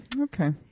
okay